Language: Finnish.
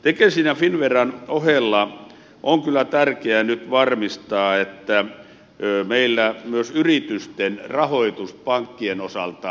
tekesin ja finnveran ohella on kyllä tärkeä nyt varmistaa meillä myös yritysten rahoitus pankkien osalta